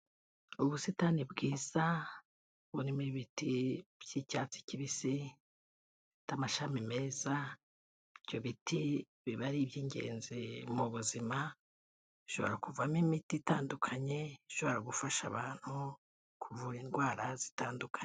Ubusitani bwiza burimo ibiti by'icyatsi kibisi n'amashami meza ibyo biti biba ari iby'ingenzi mu buzima bishobora kuvamo imiti itandukanye ishobora gufasha abantu kuvura indwara zitandukanye.